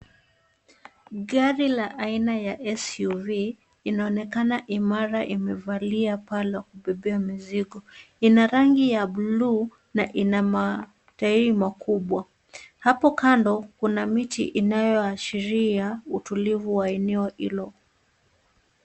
Gari la aina ya SUV inaonekana imara imevalia paa la kubebea mizigo, ina rangi ya buluu ina matairi makubwa. Hapo kando kuna miti inayoashiria utulivu wa eneo hilo.